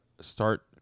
start